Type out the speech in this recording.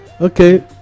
Okay